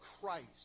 Christ